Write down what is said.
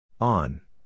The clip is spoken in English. On